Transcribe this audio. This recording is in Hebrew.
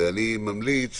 אני ממליץ